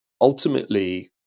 Ultimately